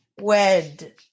Wed